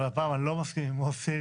אבל הפעם אני לא מסכים עם מוסי.